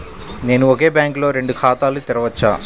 నేను ఒకే బ్యాంకులో రెండు ఖాతాలు తెరవవచ్చా?